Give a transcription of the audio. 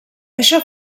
això